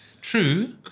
True